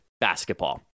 Basketball